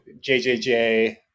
JJJ